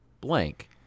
blank